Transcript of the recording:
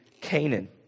canaan